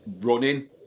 running